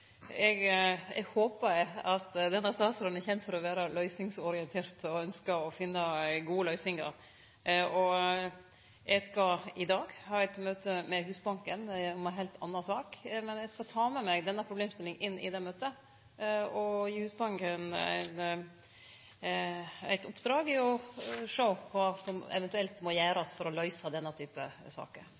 løysingsorientert og ønskjer å finne gode løysingar. Eg skal i dag ha eit møte med Husbanken om ei heilt anna sak, men eg skal ta med meg denne problemstillinga inn i det møtet og gi Husbanken i oppdrag å sjå på kva som eventuelt må gjerast for å løyse denne type saker.